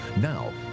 Now